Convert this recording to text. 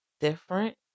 different